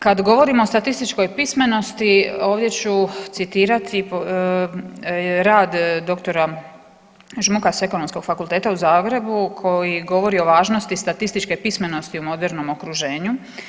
Kad govorim o statističkoj pismenosti ovdje ću citirati rad dr. Žmuka s Ekonomskog fakulteta u Zagrebu koji govori o važnosti statističke pismenosti u modernom okruženju.